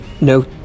No